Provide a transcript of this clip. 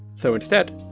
so instead,